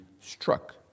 struck